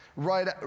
Right